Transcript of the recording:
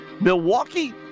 Milwaukee